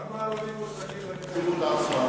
כמה ערבים מועסקים בנציבות עצמה?